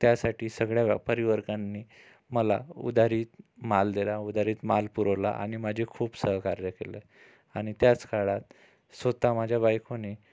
त्यासाठी सगळ्या व्यापारीवर्गांनी मला उधारीत माल दिला उधारीत माल पुरवला आणि माझे खूप सहकार्य केलं आणि त्याच काळात स्वतः माझ्या बायकोनी